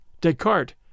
Descartes